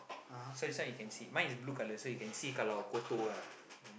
so this one you can see mine is blue colour so you can see kalau kotor ah